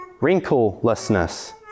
wrinklelessness